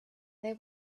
they